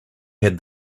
had